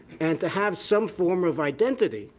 and to have some form of identity,